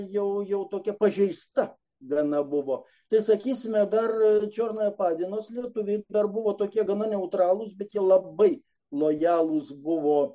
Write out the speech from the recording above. jau jau tokia pažeista gana buvo tai sakysime dar čiornaja padinos lietuviai dar buvo tokie gana neutralūs bet jie labai lojalūs buvo